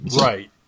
Right